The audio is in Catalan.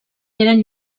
eren